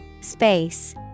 Space